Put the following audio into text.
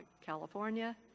California